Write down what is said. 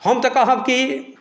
हम तऽ कहब की